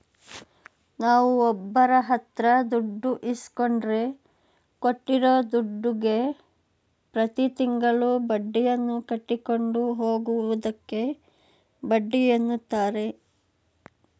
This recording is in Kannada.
ನಾವುಒಬ್ಬರಹತ್ರದುಡ್ಡು ಇಸ್ಕೊಂಡ್ರೆ ಕೊಟ್ಟಿರೂದುಡ್ಡುಗೆ ಪ್ರತಿತಿಂಗಳು ಬಡ್ಡಿಯನ್ನುಕಟ್ಟಿಕೊಂಡು ಹೋಗುವುದಕ್ಕೆ ಬಡ್ಡಿಎನ್ನುತಾರೆ